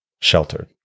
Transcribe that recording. sheltered